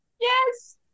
Yes